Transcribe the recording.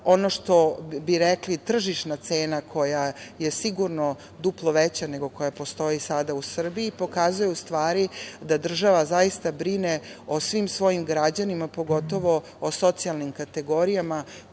što bi rekli, tržišna cena koja je sigurno duplo veća nego koja postoji sada u Srbiji, pokazuje, u stvari, da država zaista brine o svim svojim građanima, pogotovo o socijalnim kategorijama